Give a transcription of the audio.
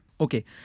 okay